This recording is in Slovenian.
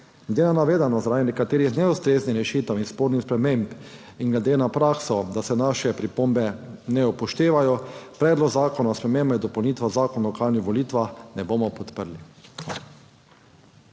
Glede na navedeno zaradi nekaterih neustreznih rešitev in spornih sprememb in glede na prakso, da se naše pripombe ne upoštevajo, Predloga zakona o spremembah in dopolnitvah Zakona o lokalnih volitvah ne bomo podprli.